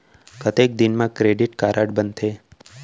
कतेक दिन मा क्रेडिट कारड बनते?